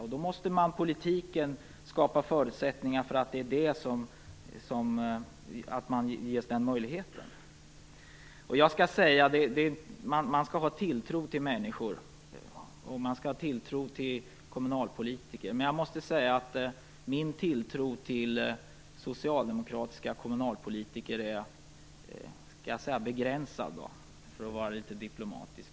Politiken måste då skapa förutsättningar för att den möjligheten ges. Man skall ha tilltro till människor och man skall ha tilltro till kommunalpolitiker, men jag måste säga att min tilltro till socialdemokratiska kommunalpolitiker är - jag säger begränsad, för att vara litet diplomatisk.